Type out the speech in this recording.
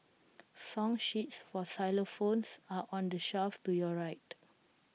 song sheets for xylophones are on the shelf to your right